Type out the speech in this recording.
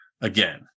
again